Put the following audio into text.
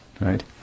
right